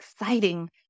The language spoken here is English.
exciting